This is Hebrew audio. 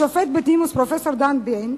השופט בדימוס פרופסור דן ביין,